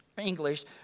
English